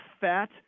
fat